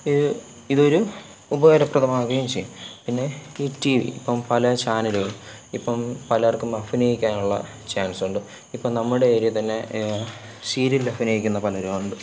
ഈ ഇതൊരു ഉപകാരപ്രദമാകുകയും ചെയ്യും പിന്നെ ഈ ടി വി ഇപ്പോള് പല ചാനലുകളും ഇപ്പോള് പലർക്കും അഭിനയിക്കാനുള്ള ചാൻസുണ്ട് ഇപ്പോള് നമ്മുടെ ഏരിയേതന്നെ സീരിയലിൽ അഭിനയിക്കുന്ന പലരൂണ്ട്